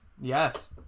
Yes